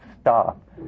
stop